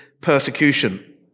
persecution